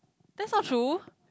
that's not true